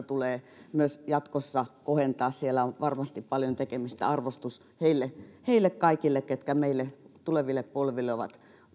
tulee myös jatkossa kohentaa siinä on varmasti paljon tekemistä arvostus heille heille kaikille jotka meille tuleville polville ovat